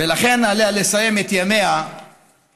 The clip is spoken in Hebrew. ועל כן עליה לסיים את ימיה מייד.